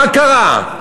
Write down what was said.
מה קרה?